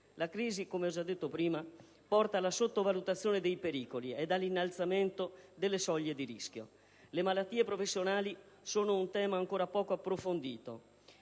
La crisi, come già ho detto prima, porta alla sottovalutazione dei pericoli ed all'innalzamento delle soglie di rischio. Le malattie professionali sono un tema ancora poco approfondito